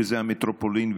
שזה המטרופולין,